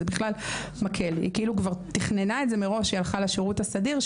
זה בכלל מקל כי היא כאילו כבר תכננה את זה מראש שהיא הלכה לשירות הסדיר,